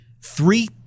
three